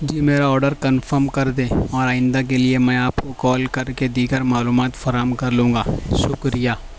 جی میرا order confirm کر دیں اور آئندہ کے لیے میں آپ کو کال کر کے دیگر معلومات فراہم کر لوں گا شکریہ